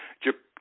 japan